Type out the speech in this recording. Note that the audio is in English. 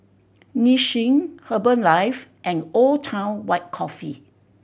Nissin Herbalife and Old Town White Coffee